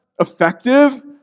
effective